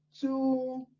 two